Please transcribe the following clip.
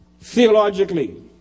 Theologically